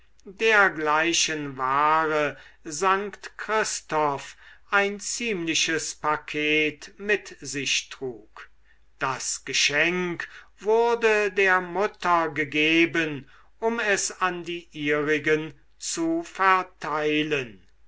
dergleichen ware st christoph ein ziemliches paket mit sich trug das geschenk wurde der mutter gegeben um es an die ihrigen zu verteilen